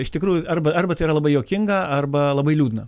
iš tikrųjų arba arba tai yra labai juokinga arba labai liūdna